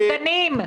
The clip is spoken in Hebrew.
פחדנים.